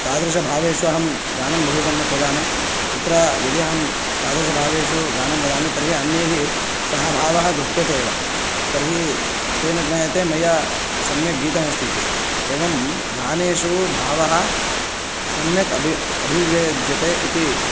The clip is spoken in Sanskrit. तादृशभावेषु अहं गानं बहु सम्यक् वदामि तत्र यदि अहं तादृशभावेषु गानं वदामि तर्हि अन्यैः सह भावः गृह्यते एव तर्ही तेन ज्ञायते मया सम्यक् गीतमस्ति इति एवं गानेषु भावः सम्यक् अबि अभिव्याज्यते इति